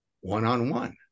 one-on-one